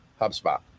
hubspot